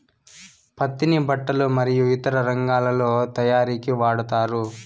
పత్తిని బట్టలు మరియు ఇతర రంగాలలో తయారీకి వాడతారు